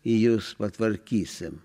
į jus patvarkysim